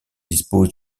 disposent